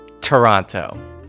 Toronto